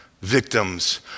victims